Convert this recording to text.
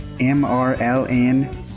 M-R-L-N